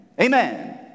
Amen